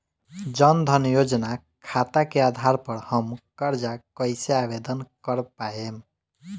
जन धन योजना खाता के आधार पर हम कर्जा कईसे आवेदन कर पाएम?